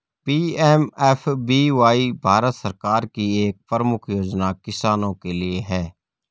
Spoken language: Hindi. पी.एम.एफ.बी.वाई भारत सरकार की एक प्रमुख योजना किसानों के लिए है